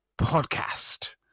podcast